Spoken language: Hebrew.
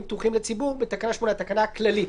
פתוחים לציבור בתקנה 8 שהיא התקנה הכללית